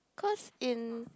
cause in